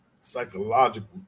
psychological